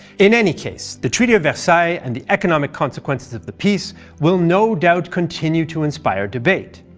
in any case the treaty of versailles and the economic consequences of the peace will no doubt continue to inspire debate.